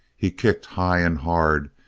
he kicked high and hard,